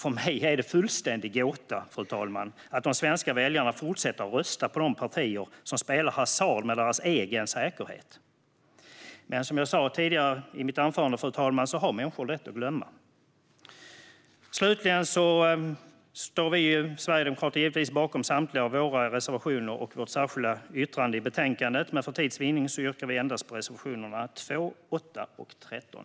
För mig är det en fullständig gåta, fru talman, att de svenska väljarna fortsätter att rösta på de partier som spelar hasard med deras egen säkerhet. Men som jag sa tidigare i mitt anförande, fru talman, har människor lätt att glömma. Vi sverigedemokrater står givetvis bakom samtliga våra reservationer och vårt särskilda yttrande i betänkandet. Men för tids vinnande yrkar vi bifall endast till reservationerna 2, 8 och 13.